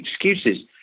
excuses